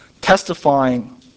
testifying